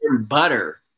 butter